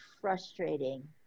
frustrating